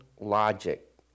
logic